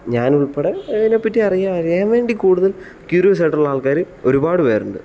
ഞാൻ ഉൾപ്പടെ അതിനെ പറ്റിയറിയാൻ അറിയാൻ വേണ്ടി കൂടുതൽ ക്യൂരിയസായിട്ടുള്ള ആൾക്കാർ ഒരുപാട് പേരുണ്ട്